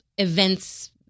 Events